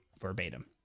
verbatim